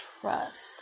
trust